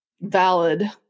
valid